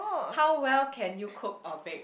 how well can you cook or bake